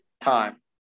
time